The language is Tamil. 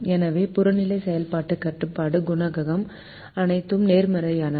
எனவே புறநிலை செயல்பாடு கட்டுப்பாட்டு குணகம் அனைத்தும் நேர்மறையானவை